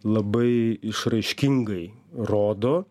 labai išraiškingai rodo